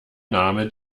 name